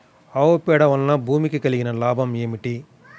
ఆవు పేడ వలన భూమికి కలిగిన లాభం ఏమిటి?